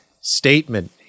statement